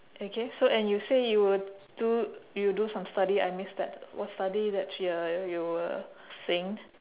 okay so and you say you will do you will do some study I missed that what study that you are you were saying